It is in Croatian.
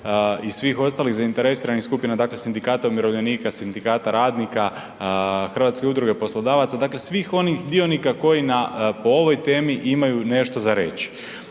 i svih ostalih zainteresiranih skupina, dakle sindikata umirovljenika, sindikata radnika, Hrvatske udruge poslodavaca, dakle svih onih dionika koji po ovoj temi imaju nešto za reći.